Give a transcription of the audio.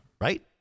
right